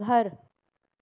घरु